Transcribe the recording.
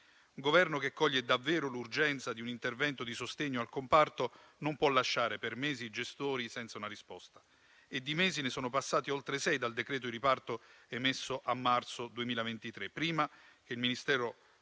Un Governo che coglie davvero l'urgenza di un intervento di sostegno al comparto non può lasciare per mesi i gestori senza una risposta e di mesi ne sono passati oltre sei dal decreto riparto emesso a marzo 2023, prima che il Ministero